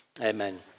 Amen